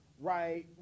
right